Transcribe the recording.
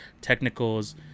technicals